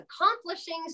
accomplishing